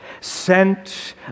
Sent